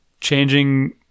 Changing